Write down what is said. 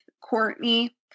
Courtney